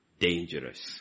dangerous